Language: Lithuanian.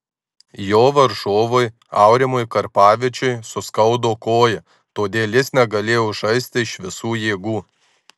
jo varžovui aurimui karpavičiui suskaudo koją todėl jis negalėjo žaisti iš visų jėgų